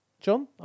John